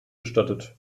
gestattet